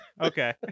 Okay